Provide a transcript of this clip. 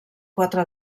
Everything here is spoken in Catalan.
quatre